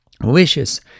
wishes